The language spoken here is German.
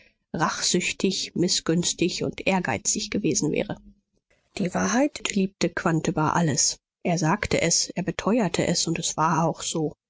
rachsüchtig mißgünstig und ehrgeizig gewesen wäre die wahrheit liebte quandt über alles er sagte es er beteuerte es und es war auch so